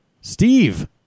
Steve